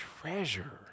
treasure